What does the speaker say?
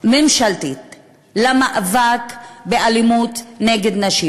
ממשלתית למאבק באלימות נגד נשים,